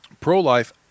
pro-life